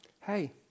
Hey